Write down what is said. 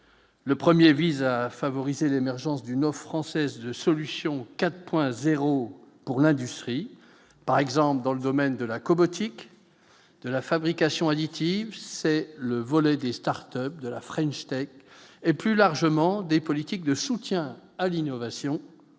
: le 1er vise à favoriser l'émergence d'une eau française solution 4,0 pour l'industrie par exemple dans le domaine de la Cobo tic de la fabrication additive c'est le volet des start-ups de la French Tech, et plus largement des politiques de soutien à l'innovation,